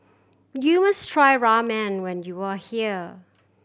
you must try Ramen when you are here